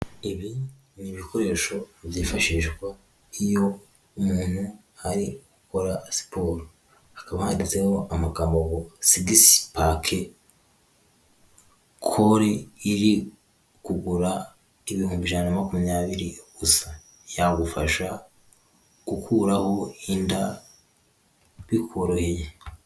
Ibi ni ibikoresho byifashishwa iyo umuntu ari gukora siporo, hakaba handitseho amagambo ngo Six Pack, kole iri kugura ibihumbi ijana na makumyabiri gusa, yagufasha gukuraho inda bikoroheye.